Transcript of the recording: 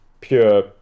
pure